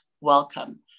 welcome